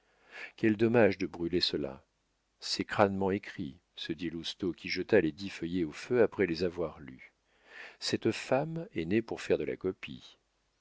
quel dommage de brûler cela c'est crânement écrit se dit lousteau qui jeta les dix feuillets au feu après les avoir lus cette femme est née pour faire de la copie